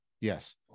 yes